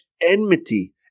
enmity